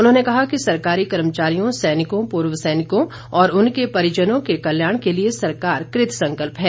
उन्होंने कहा कि सरकारी कर्मचारियों सैनिकों पूर्व सैनिकों और उनके परिजनों के कल्याण के लिए सरकार कृतसंकल्प है